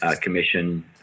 commission